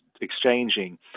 exchanging